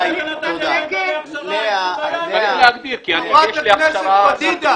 חברת הכנסת פדידה,